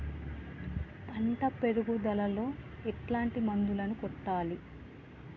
పంట పెరుగుదలలో ఎట్లాంటి మందులను కొట్టాలి?